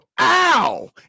Ow